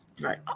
Right